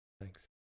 thanks